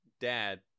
dad